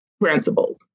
principles